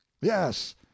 Yes